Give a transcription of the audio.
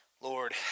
Lord